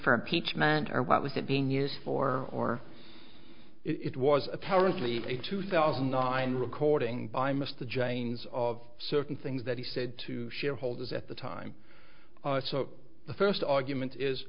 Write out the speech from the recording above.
for impeachment or what was it being used for or it was apparently a two thousand nine hundred courting by mr james of certain things that he said to shareholders at the time so the first argument is